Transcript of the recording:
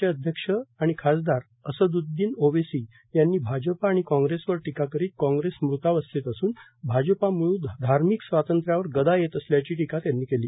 चे अध्यक्ष आणि खासदार असद्ददीन ओवेसी यांनी भाजपा आणि कॉग्रेसवर टीका करीत कॉग्रेस मृतावस्थेत असून भाजपामुळे धार्मीक स्वातंत्र्यावर गदा येत असल्याची टीका यांनी केली